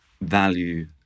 value